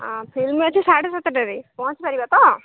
ହଁ ଫିଲ୍ମ ଅଛି ସାଢ଼େ ସାତଟାରେ ପହଞ୍ଚିପାରିବା ତ